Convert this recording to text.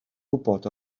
gwybod